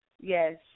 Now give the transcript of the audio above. Yes